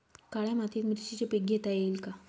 काळ्या मातीत मिरचीचे पीक घेता येईल का?